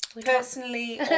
personally